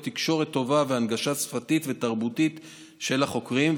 תקשורת טובה והנגשה שפתית ותרבותית של החוקרים,